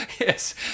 yes